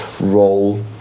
role